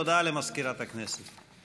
הודעה למזכירת הכנסת.